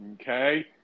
okay